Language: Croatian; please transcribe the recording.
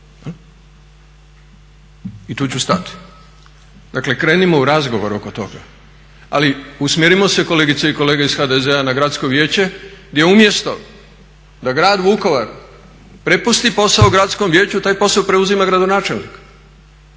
I tu ću stati. Dakle, krenimo u razgovor oko toga. Ali usmjerimo se, kolegice i kolege iz HDZ-a, na Gradsko vijeće gdje umjesto da grad Vukovar prepusti posao Gradskom vijeću taj posao preuzima gradonačelnik.